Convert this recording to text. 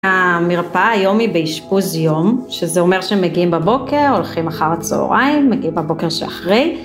המרפאה היום היא באשפוז יום, שזה אומר שהם מגיעים בבוקר, הולכים אחר הצהריים, מגיעים בבוקר שאחרי.